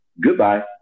goodbye